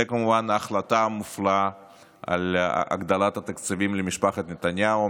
כמובן ההחלטה המופלאה על הגדלת התקציבים למשפחת נתניהו,